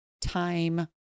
time